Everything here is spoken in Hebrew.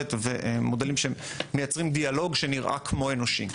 מודלים שמייצרים דיאלוג שנראה כמו אנושי.